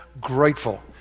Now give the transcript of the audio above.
grateful